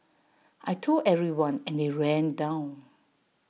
I Told everyone and they ran down